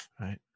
right